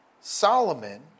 Solomon